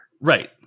Right